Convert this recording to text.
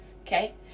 Okay